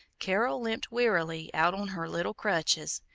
carol limped wearily out on her little crutches,